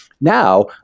Now